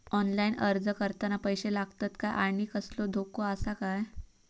Online अर्ज करताना पैशे लागतत काय आनी कसलो धोको आसा काय?